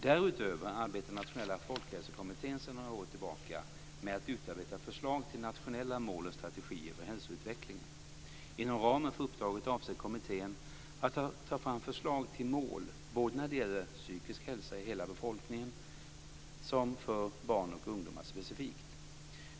Därutöver arbetar Nationella folkhälsokommittén sedan några år tillbaka med att utarbeta förslag till nationella mål och strategier för hälsoutvecklingen. Inom ramen för uppdraget avser kommittén att ta fram förslag till mål när det gäller psykisk hälsa i hela befolkningen samt för barn och ungdomar specifikt.